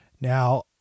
Now